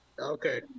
Okay